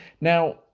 Now